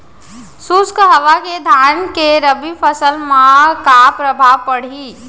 शुष्क हवा के धान के रबि फसल मा का प्रभाव पड़ही?